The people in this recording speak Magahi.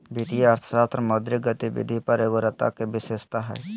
वित्तीय अर्थशास्त्र मौद्रिक गतिविधि पर एगोग्रता के विशेषता हइ